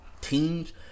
teams